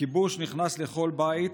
הכיבוש נכנס לכל בית,